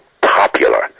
popular